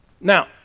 Now